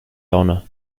honour